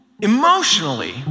Emotionally